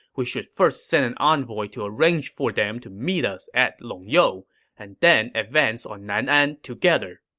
we should first send an envoy to arrange for them to meet us at longyou and then advance on nan'an together.